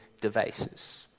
devices